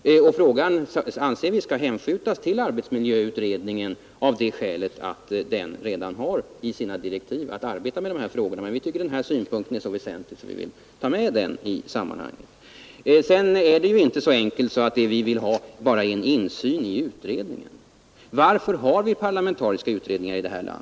Vi anser att frågan skall hänskjutas till arbetsmiljöutredningen av det skälet att den enligt sina direktiv redan har att arbeta med dessa frågor. Vi tycker att vårt förslag är så väsentligt att vi vill ha det med i utred ningsarbetet. Det är inte så enkelt att vi bara vill ha insyn i utredningen. Varför har vi parlamentariska utredningar?